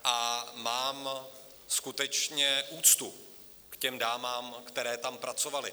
A mám skutečně úctu k těm dámám, které tam pracovaly.